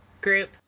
group